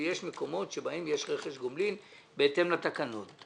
ויש מקומות שבהם יש רכש גומלין בהתאם לתקנות.